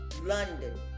London